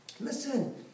listen